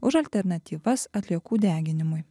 už alternatyvas atliekų deginimui